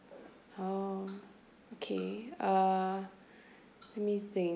oh okay uh let me think